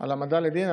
על העמדה לדין,